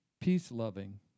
peace-loving